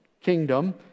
kingdom